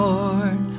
Lord